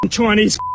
Chinese